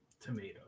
tomato